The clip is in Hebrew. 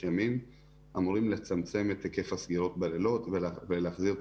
ימים אמורים לצמצם את היקף הסגירות בלילות ולהחזיר את